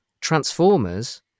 Transformers